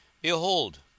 Behold